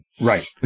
Right